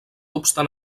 obstant